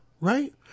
right